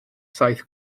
saith